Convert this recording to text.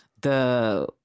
the-